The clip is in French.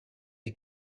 est